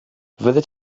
fyddet